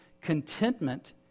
contentment